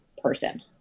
person